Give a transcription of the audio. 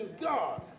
God